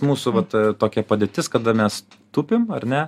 mūsų vat tokia padėtis kada mes tupime ar ne